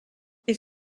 est